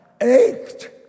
ached